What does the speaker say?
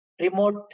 Remote